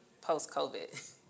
post-COVID